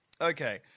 Okay